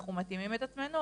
ואנחנו מתאימים את עצמנו.